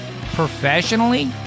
Professionally